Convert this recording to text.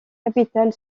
capitale